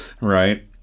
right